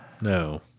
No